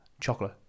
Chocolate